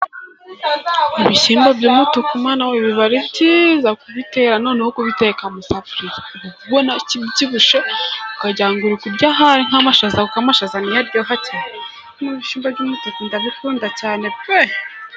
Ibishyimbo by'umutuku Mana we biba ari byiza, kubiteka noneho kubiteka mu isafuriya uba ubona bibyibushye, ukagira ngo ahari nk'amashaza, kuko amashaza araryoha cyane, ibishyimbo by'umutuku ndabikunda cyane pe!